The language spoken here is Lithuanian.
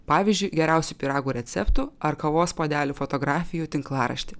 pavyzdžiui geriausių pyragų receptų ar kavos puodelių fotografijų tinklaraštį